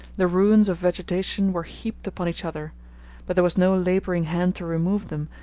the ruins of vegetation were heaped upon each other but there was no laboring hand to remove them,